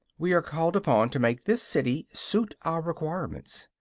we are called upon to make this city suit our requirements.